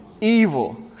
Evil